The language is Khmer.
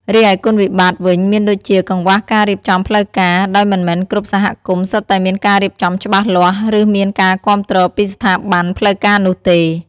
រីឯគុណវិបត្តិវិញមានដូចជា កង្វះការរៀបចំផ្លូវការ ដោយមិនមែនគ្រប់សហគមន៍សុទ្ធតែមានការរៀបចំច្បាស់លាស់ ឬមានការគាំទ្រពីស្ថាប័នផ្លូវការនោះទេ ។